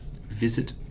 visit